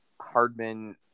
Hardman